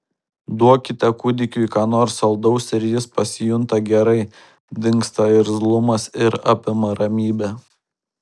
duokite kūdikiui ką nors saldaus ir jis pasijunta gerai dingsta irzlumas ir apima ramybė